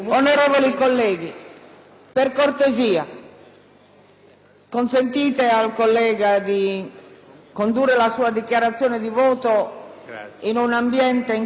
consentite al collega di svolgere la sua dichiarazione di voto in un ambiente in cui possiamo tutti ascoltare. FOSSON